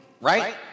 right